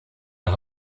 der